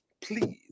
please